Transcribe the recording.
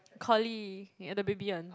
collie yeah the baby one